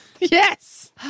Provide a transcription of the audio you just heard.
Yes